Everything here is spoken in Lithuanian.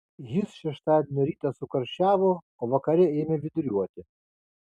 jis šeštadienio rytą sukarščiavo o vakare ėmė viduriuoti